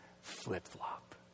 flip-flop